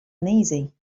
uneasy